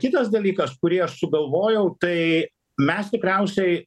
kitas dalykas kurį aš sugalvojau tai mes tikriausiai